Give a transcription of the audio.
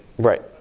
Right